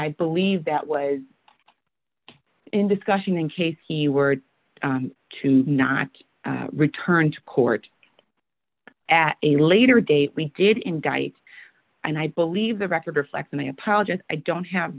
i believe that was in discussion in case he were to not return to court at a later date we did in guides and i believe the record reflects and i apologize i don't have